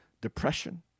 depression